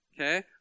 okay